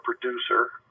producer